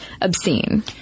obscene